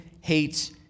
hates